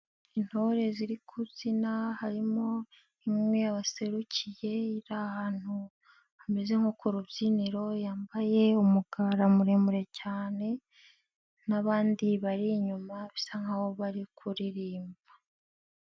Intore ziri kubyina, harimo imwe yabaserukiye iri ahantu hameze nko ku rubyiniro yambaye umugara muremure cyane n'abandi bari inyuma bisa nk'aho bari kuririmba.